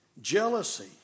jealousy